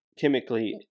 Chemically